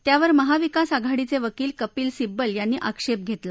त्यावर महाविकास आघाडीचे वकील कपिल सिब्बल यांनी आक्षेप घेतला